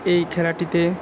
এই খেলাটিতে